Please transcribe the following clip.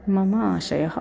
मम आशयः